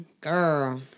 girl